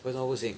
为什么不行